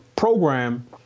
program